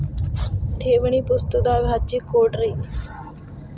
ಠೇವಣಿ ಪುಸ್ತಕದಾಗ ಹಚ್ಚಿ ಕೊಡ್ರಿ